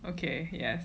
okay yes